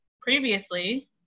previously